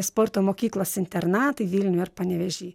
sporto mokyklos internatai vilniuj ar panevėžy